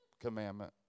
commandment